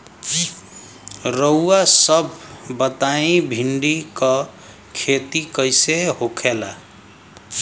रउआ सभ बताई भिंडी क खेती कईसे होखेला?